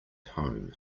home